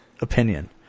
opinion